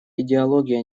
идеология